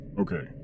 Okay